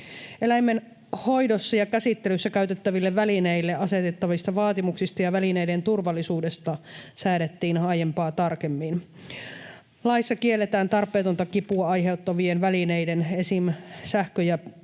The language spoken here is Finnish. Eläimen hoidossa ja käsittelyssä käytettäville välineille asetettavista vaatimuksista ja välineiden turvallisuudesta säädettiin aiempaa tarkemmin. Laissa kielletään tarpeetonta kipua aiheuttavien välineiden, esim. sähkö- ja